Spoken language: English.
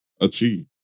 achieve